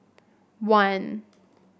one